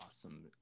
Awesome